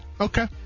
Okay